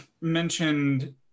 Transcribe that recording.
mentioned